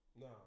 No